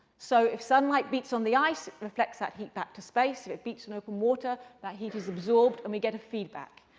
so if sunlight beats on the ice, it reflects that heat back to space. if it beats on open water, that heat is absorbed and we get a feedback.